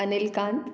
Anil Kant